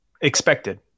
expected